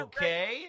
Okay